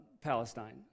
Palestine